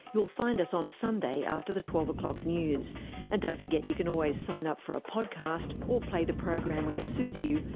you'll find us on sunday after the twelve o'clock news and don't forget you can always sign up for a podcast or play the program when it suits you,